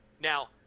Now